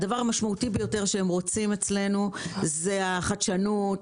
הדבר המשמעותי ביותר שהם רוצים אצלנו זאת החדשנות,